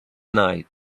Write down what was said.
night